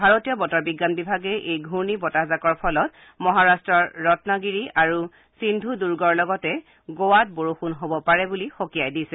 ভাৰতীয় বতৰ বিজ্ঞান বিভাগে এই ঘূৰ্ণী বতাহজাকৰ ফলত মহাৰট্ট ৰল্পিক আৰু সিন্ধু দুৰ্গৰ লগতে গোৱাত বৰষুণ হব পাৰে বুলি সকীয়াই দিছে